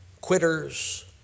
quitters